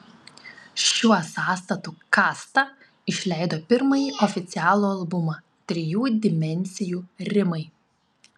šiuo sąstatu kasta išleido pirmąjį oficialų albumą trijų dimensijų rimai